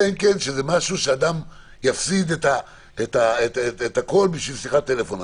אלא אם כן זה משהו שאדם יפסיד את הכול בשביל שיחת טלפון.